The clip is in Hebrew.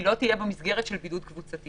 היא לא תהיה במסגרת של בידוד קבוצתי,